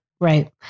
Right